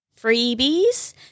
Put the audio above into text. freebies